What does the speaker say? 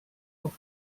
auf